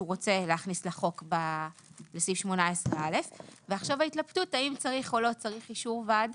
זו תוספת שהוא רוצה להכניס לחוק בסעיף 18א. עכשיו ההתלבטות האם צריך או לא צריך אישור ועדה.